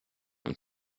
und